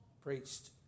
Preached